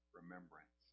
remembrance